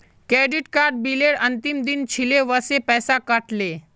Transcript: credit card बिलेर अंतिम दिन छिले वसे पैसा कट ले